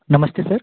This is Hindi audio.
नमस्ते सर